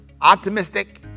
optimistic